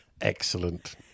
Excellent